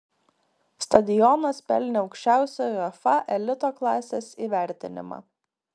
stadionas pelnė aukščiausią uefa elito klasės įvertinimą